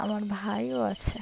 আমার ভাইও আছে